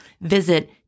Visit